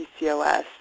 PCOS